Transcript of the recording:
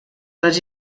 les